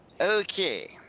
Okay